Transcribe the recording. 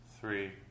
three